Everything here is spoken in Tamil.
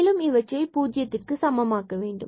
மேலும் இவற்றை பூஜ்ஜியத்துக்கு சமமாக்க வேண்டும்